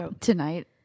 Tonight